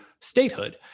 statehood